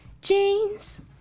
Jeans